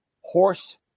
horse